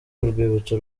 urwibutso